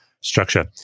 structure